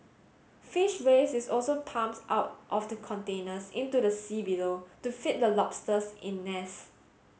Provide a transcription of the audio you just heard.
fish waste is also pumped out of the containers into the sea below to feed the lobsters in nets